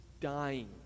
Dying